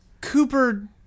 Cooper